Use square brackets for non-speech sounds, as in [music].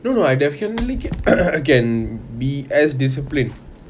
no no I definitely can [noise] can be as disciplined